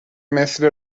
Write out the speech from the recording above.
مثل